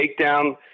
takedown